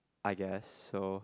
I guess so